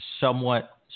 somewhat